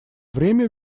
время